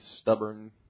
stubborn